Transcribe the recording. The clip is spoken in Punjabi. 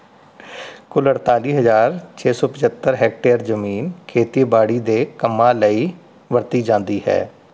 ਕੁੱਲ ਅਠਤਾਲ਼ੀ ਹਜ਼ਾਰ ਛੇ ਸੌ ਪੰਝੱਤਰ ਹੈਕਟੇਅਰ ਜ਼ਮੀਨ ਖੇਤੀਬਾੜੀ ਦੇ ਕੰਮਾਂ ਲਈ ਵਰਤੀ ਜਾਂਦੀ ਹੈ